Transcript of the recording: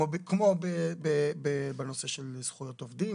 כמו בנושא של זכויות עובדים.